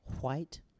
White